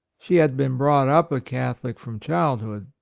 she had been brought up a catholic from childhood.